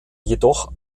jedoch